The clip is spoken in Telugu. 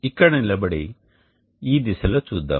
ఇక్కడ నిలబడి ఈ దిశలో చూద్దాం